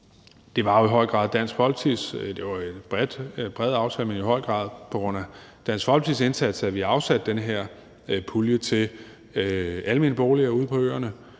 er ved småøerne, at det jo var en bred aftale, men i høj grad også på grund af Dansk Folkepartis indsats, at vi afsatte den her pulje til almene boliger ude på øerne,